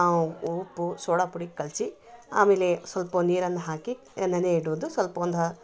ಉ ಉಪ್ಪು ಸೋಡ ಪುಡಿ ಕಲಿಸಿ ಆಮೇಲೆ ಸ್ವಲ್ಪ ನೀರನ್ನ ಹಾಕಿ ನೆನೆ ಇಡುವುದು ಸ್ವಲ್ಪ ಒಂದ